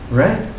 right